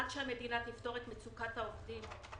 עד שהמדינה תפתור את מצוקת העובדים במוסדות,